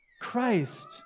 Christ